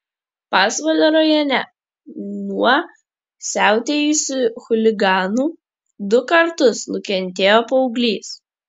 pasvalio rajone nuo siautėjusių chuliganų du kartus nukentėjo paauglys